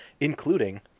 including